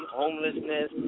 homelessness